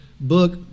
book